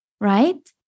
right